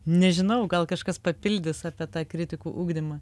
nežinau gal kažkas papildys apie tą kritikų ugdymą